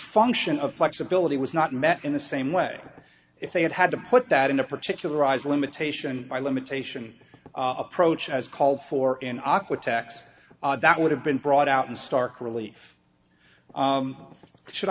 function of flexibility was not met in the same way if they had had to put that in a particular rise limitation by limitation approach as called for in aqua text that would have been brought out in stark relief should